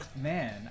Man